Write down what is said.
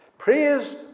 Praise